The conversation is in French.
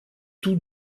tous